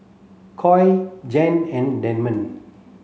Coy Jan and Damon